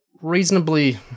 reasonably